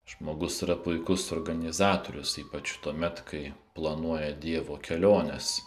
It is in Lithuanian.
žmogus yra puikus organizatorius ypač tuomet kai planuoja dievo keliones